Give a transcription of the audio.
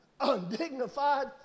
undignified